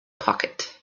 pocket